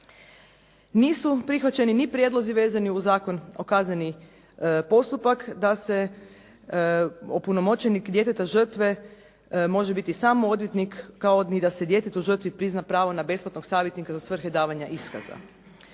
Nisu prihvaćeni ni prijedlozi vezani uz Zakonom o kaznenom postupku da opunomoćenik djeteta žrtve može biti samo odvjetnik, kao ni da se djetetu žrtvi prizna pravo na besplatnog savjetnika za svrhe davanja iskaza.